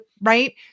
Right